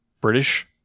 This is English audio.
British